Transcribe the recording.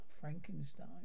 Frankenstein